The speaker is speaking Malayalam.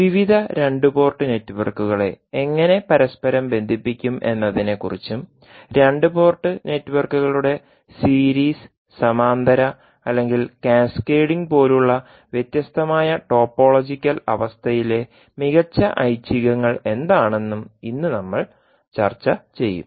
വിവിധ രണ്ട് പോർട്ട് നെറ്റ്വർക്കുകളെ എങ്ങനെ പരസ്പരം ബന്ധിപ്പിക്കും എന്നതിനെക്കുറിച്ചും രണ്ട് പോർട്ട് നെറ്റ്വർക്കുകളുടെ സീരീസ് സമാന്തര അല്ലെങ്കിൽ കാസ്കേഡിംഗ് seriesparallel or cascading പോലുള്ള വ്യത്യസ്തമായ ടോപ്പോളജിക്കൽ അവസ്ഥയിലെ മികച്ച ഐച്ഛികങ്ങൾ എന്താണെന്നും ഇന്ന് നമ്മൾ ചർച്ച ചെയ്യും